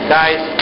Guys